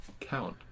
Count